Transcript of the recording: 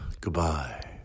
Goodbye